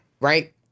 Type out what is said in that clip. Right